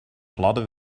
gladde